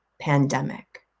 pandemic